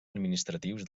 administratius